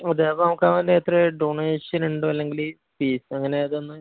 അതെ അപ്പം നമുക്ക് അങ്ങനെ എത്രയാണ് ഡോണേഷൻ ഉണ്ടോ അല്ലെങ്കിൽ ഫീസ് അങ്ങനെ അതൊന്ന്